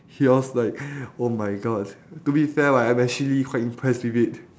he was like oh my god to be fair lah I'm actually quite impressed with it